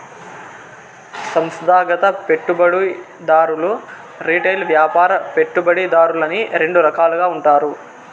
సంస్థాగత పెట్టుబడిదారులు రిటైల్ వ్యాపార పెట్టుబడిదారులని రెండు రకాలుగా ఉంటారు